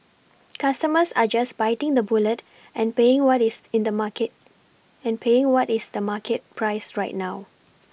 customers are just biting the bullet and paying what is in the market and paying what is the market price right now